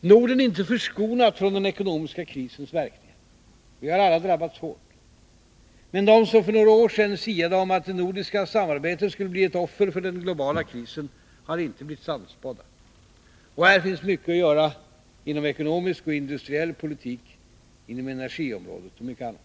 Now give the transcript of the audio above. Norden är inte förskonat från den ekonomiska krisens verkningar. Vi har alla drabbats hårt. Men de som för några år sedan siade om att det nordiska samarbetet skulle bli ett offer för den globala krisen, har inte blivit sannspådda. Och här finns mycket att göra inom ekonomisk och industriell politik, inom energiområdet och mycket annat.